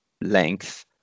length